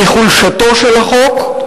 מחולשתו של החוק,